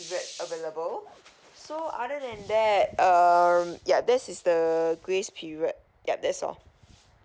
period available so other than that err yeah this is the grace period yeah that's all